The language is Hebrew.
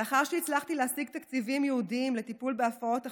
לאחר שהצלחתי להשיג תקציבים ייעודיים לטיפול בהפרעות אכילה,